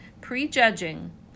prejudging